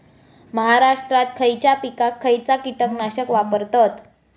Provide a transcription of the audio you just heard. महाराष्ट्रात खयच्या पिकाक खयचा कीटकनाशक वापरतत?